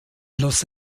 los